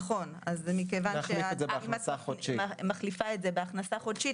נכון, אני מחליפה את זה ב"הכנסה חודשית".